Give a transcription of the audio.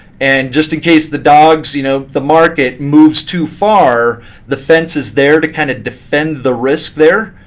and just in case the dogs, you know the market moves too far the fence is there to kind of defend the risk there,